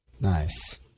nice